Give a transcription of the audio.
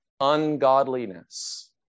ungodliness